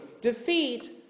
defeat